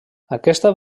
aquesta